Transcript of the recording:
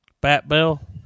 Bat-Bell